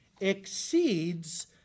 exceeds